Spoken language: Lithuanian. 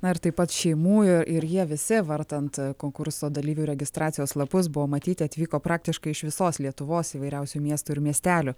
na ir taip pat šeimų ir ir jie visi vartant konkurso dalyvių registracijos lapus buvo matyti atvyko praktiškai iš visos lietuvos įvairiausių miestų ir miestelių